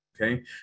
okay